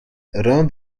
around